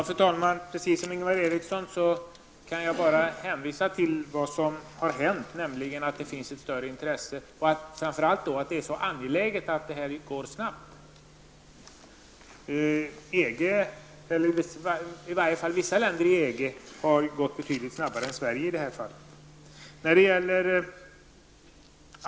Fru talman! Precis som Ingvar Eriksson kan jag bara hänvisa till vad som har hänt, nämligen att det nu finns ett större intresse och att det framför allt är så angeläget att det här går snabbt. Inom EG -- eller i varje fall inom vissa länder i EG -- har man gått betydligt snabbare fram än Sverige i det fallet.